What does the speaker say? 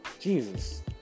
Jesus